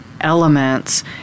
elements